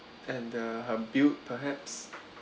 and the her build perhaps